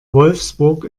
wolfsburg